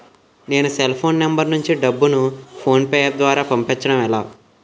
నేను cell phone number నుంచి డబ్బును ను ఫోన్పే అప్ ద్వారా పంపించడం ఎలా?